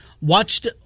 Watched